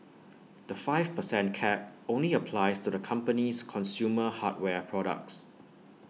the five per cent cap only applies to the company's consumer hardware products